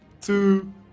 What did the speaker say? two